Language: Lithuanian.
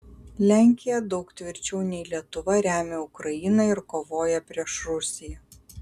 lenkija daug tvirčiau nei lietuva remia ukrainą ir kovoja prieš rusiją